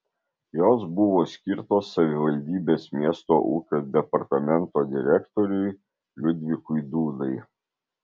jos buvo skirtos savivaldybės miesto ūkio departamento direktoriui liudvikui dūdai